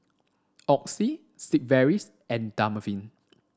Oxy Sigvaris and Dermaveen